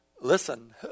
Listen